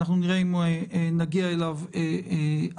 נראה אם נגיע אליו היום.